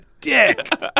dick